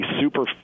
super